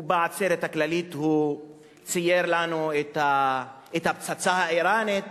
ובעצרת הכללית הוא צייר לנו את הפצצה האירנית